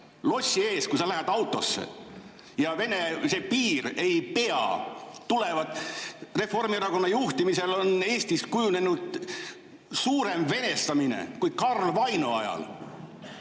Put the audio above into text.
Lossi ees, kui sa lähed autosse! Ja see Vene piir ei pea, tulevad. Reformierakonna juhtimisel on Eestis kujunenud suurem venestamine kui Karl Vaino ajal.